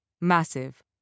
massive